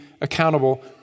accountable